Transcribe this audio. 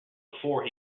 before